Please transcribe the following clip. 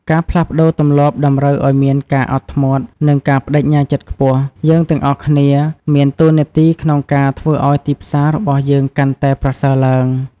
ការផ្លាស់ប្តូរទម្លាប់តម្រូវឲ្យមានការអត់ធ្មត់ និងការប្តេជ្ញាចិត្តខ្ពស់ យើងទាំងអស់គ្នាមានតួនាទីក្នុងការធ្វើឲ្យទីផ្សាររបស់យើងកាន់តែប្រសើរឡើង។